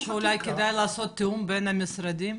או שאולי כדאי לעשות תיאום בין המשרדים?